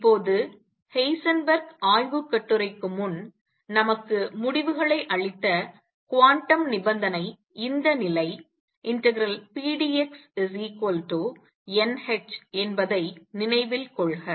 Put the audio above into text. இப்போது ஹெய்சன்பெர்க் ஆய்வுக் கட்டுரைக்கு முன் நமக்கு முடிவுகளை அளித்த குவாண்டம் நிபந்தனை இந்த நிலை ∫pdxnh என்பதை நினைவில் கொள்க